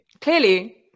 clearly